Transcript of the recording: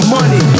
Money